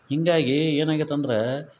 ಹೀಗಾಗಿ ಏನಾಗೈತೆ ಅಂದ್ರೆ